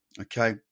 okay